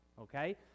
Okay